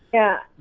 yeah,